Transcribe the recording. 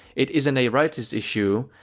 it isn't a rightist issue,